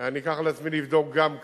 אני אקח על עצמי לבדוק גם כאן,